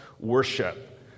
worship